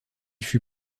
fut